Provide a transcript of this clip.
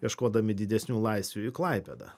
ieškodami didesnių laisvių į klaipėdą